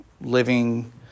living